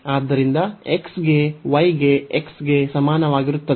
ಆದ್ದರಿಂದ x ಗೆ y ಗೆ x ಗೆ ಸಮಾನವಾಗಿರುತ್ತದೆ